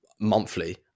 monthly